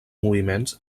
moviments